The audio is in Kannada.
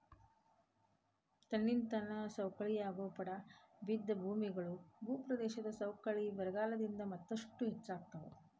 ತನ್ನಿಂತಾನ ಸವಕಳಿಯಾಗೋ ಪಡಾ ಬಿದ್ದ ಭೂಮಿಗಳು, ಭೂಪ್ರದೇಶದ ಸವಕಳಿ ಬರಗಾಲದಿಂದ ಮತ್ತಷ್ಟು ಹೆಚ್ಚಾಗ್ತಾವ